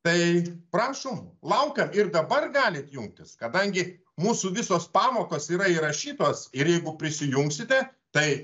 tai prašom laukiam ir dabar galit jungtis kadangi mūsų visos pamokos yra įrašytos ir jeigu prisijungsite tai